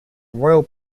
royal